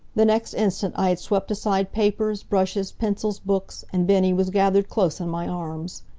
the next instant i had swept aside papers, brushes, pencils, books, and bennie was gathered close in my arms.